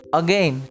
again